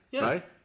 Right